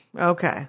Okay